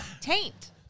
Taint